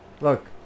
Look